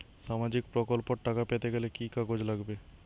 সামাজিক প্রকল্পর টাকা পেতে গেলে কি কি কাগজ লাগবে?